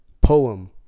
poem